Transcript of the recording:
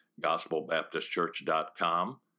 gospelbaptistchurch.com